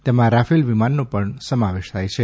તેમાં રાફેલ વિમાનનો પણ સમાવેશ થાય છે